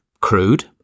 crude